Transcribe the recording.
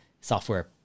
software